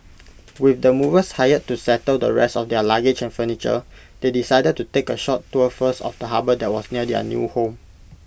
with the movers hired to settle the rest of their luggage and furniture they decided to take A short tour first of the harbour that was near their new home